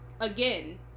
again